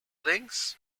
links